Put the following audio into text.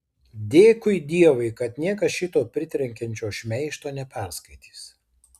dėkui dievui kad niekas šito pritrenkiančio šmeižto neperskaitys